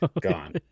gone